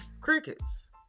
Crickets